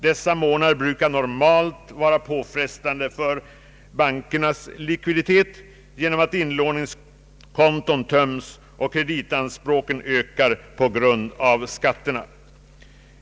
Dessa månader brukar normalt vara påfrestande för bankernas likviditet genom att inlåningskonton töms och kreditanspråken ökar på grund av skatterna.